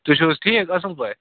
تُہۍ چھِو حظ ٹھیٖک اصٕل پٲٹھۍ